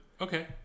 Okay